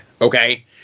okay